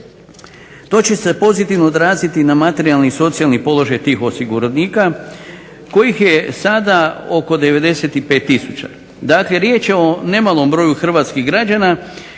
To će se pozitivno odraziti na materijalni i socijalni položaj tih osiguranika kojih je sada oko 95 tisuća. Dakle, riječ je o nemalom broju hrvatskih građana